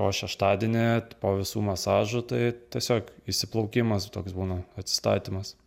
o šeštadienį po visų masažų tai tiesiog įsiplaukimas toks būna atsistatymas